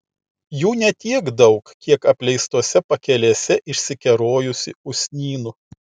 jų ne tiek daug kiek apleistose pakelėse išsikerojusių usnynų